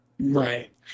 Right